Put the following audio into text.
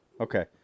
Okay